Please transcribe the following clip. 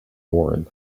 warren